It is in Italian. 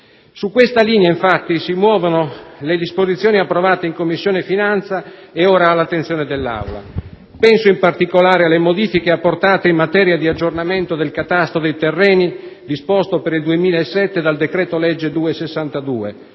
Su questa linea, infatti, si muovono le disposizioni approvate in Commissione finanze e ora all'attenzione dell'Aula. Penso, in particolare, alle modifiche apportate in materia di aggiornamento del catasto dei terreni disposto per il 2007 dal decreto-legge n.